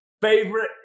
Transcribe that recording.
Favorite